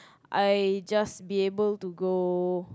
I just be able to go